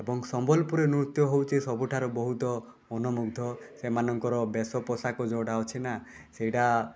ଏବଂ ସମ୍ବଲପୁରୀ ନୃତ୍ୟ ହେଉଛି ସବୁଠାରୁ ବହୁତ ମନମୁଗ୍ଧ ସେମାନଙ୍କର ବେଶପୋଷାକ ଯେଉଁଟା ଅଛି ନା ସେଇଟା